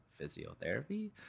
physiotherapy